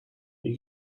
who